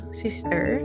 sister